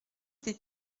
des